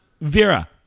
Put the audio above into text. vera